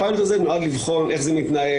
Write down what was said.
הפיילוט הזה נועד לבחון איך זה מתנהל,